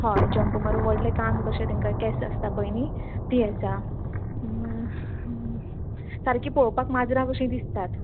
हय जंप मारूं व्हडलें कान कशे तेंकां केंस आसता पय न्ही तीं आसा सारकीं पोवोपाक माजरां कशीं दिसतात